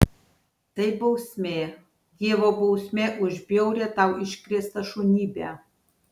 tai bausmė dievo bausmė už bjaurią tau iškrėstą šunybę